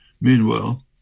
meanwhile